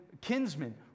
kinsman